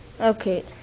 okay